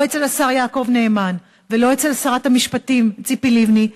לא אצל השר יעקב נאמן ולא אצל שרת המשפטים ציפי לבני,